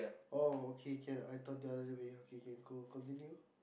oh okay can I thought the other way okay K cool continue